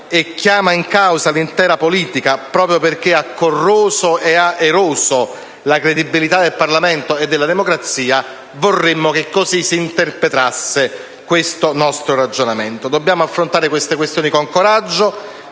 e chiama in causa l'intera politica proprio perché ha corroso ed eroso la credibilità del Parlamento e della democrazia, vorremmo che così si interpretasse questo nostro ragionamento. Dobbiamo affrontare queste questioni con coraggio,